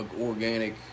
organic